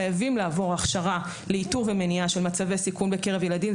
חייבים לעבור הכשרה לאיתור ומניעה של מצבי סיכון בקרב ילדים.